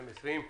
2020,